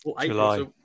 July